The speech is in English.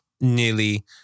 nearly